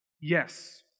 Yes